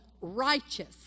righteous